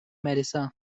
marissa